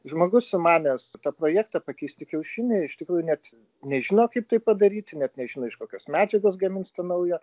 žmogus sumanęs tą projektą pakeisti kiaušinį iš tikrųjų net nežino kaip tai padaryti net nežino iš kokios medžiagos gamins naują